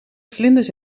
vlinders